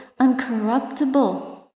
uncorruptible